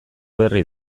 berri